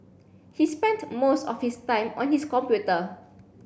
he spent most of his time on his computer